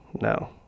no